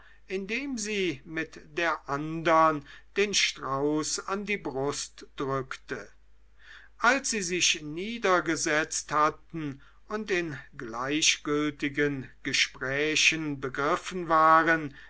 indem sie mit der andern den strauß an die brust drückte als sie sich niedergesetzt hatten und in gleichgültigen gesprächen begriffen waren